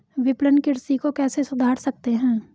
विपणन कृषि को कैसे सुधार सकते हैं?